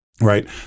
right